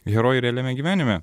herojai realiame gyvenime